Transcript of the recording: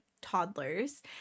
toddlers